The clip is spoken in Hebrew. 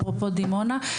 אפרופו דימונה.